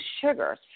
sugars